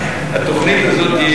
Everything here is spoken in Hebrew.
התוכנית הזאת,